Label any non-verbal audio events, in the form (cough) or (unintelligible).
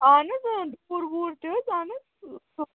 اَہن حظ اۭں (unintelligible) تہِ حظ اَہن حظ